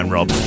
Rob